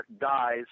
dies